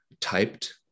typed